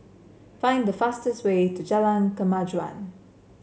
find the fastest way to Jalan Kemajuan